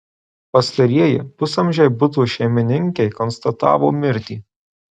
pastarieji pusamžei buto šeimininkei konstatavo mirtį